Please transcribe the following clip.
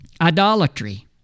idolatry